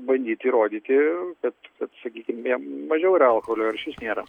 bandyt įrodyti kad sakykim jam mažiau yra alkoholio ar iš vis nėra